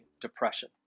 depression